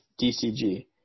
DCG